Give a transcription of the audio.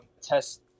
test